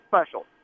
special